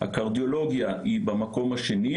הקרדיולוגיה היא במקום השני,